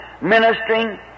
ministering